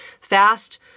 fast